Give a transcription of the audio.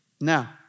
Now